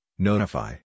Notify